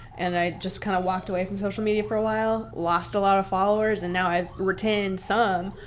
and i just kind of walked away from social media for a while, lost a lot of followers and now i've retained some.